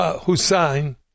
Hussein